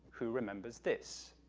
who remembers this?